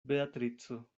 beatrico